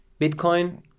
Bitcoin